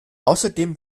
außerdem